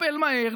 לטפל מהר,